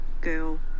girl